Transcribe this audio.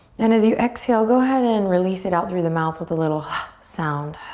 and as you exhale, go ahead and release it out through the mouth with a little ha sound.